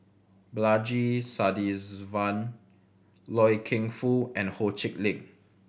Balaji Sadasivan Loy Keng Foo and Ho Chee Lick